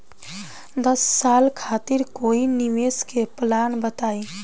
दस साल खातिर कोई निवेश के प्लान बताई?